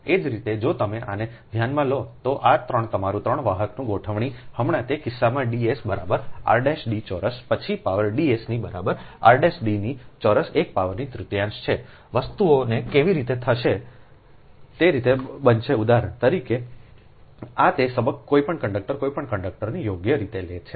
એ જ રીતે જો તમે આને ધ્યાનમાં લો તો આ 3તમારું 3 વાહકનું ગોઠવણી હમણાં તે કિસ્સામાં D s બરાબર r d ચોરસ પછી પાવર D s ની બરાબર r d ની ચોરસ એક પાવરની તૃતીયાંશ છે વસ્તુઓ કેવી રીતે થશે કેવી રીતે બનશે ઉદાહરણ તરીકે આ તે છે સબક કોઈપણ કંડક્ટર કોઈ પણ કંડક્ટરને યોગ્ય રીતે લે છે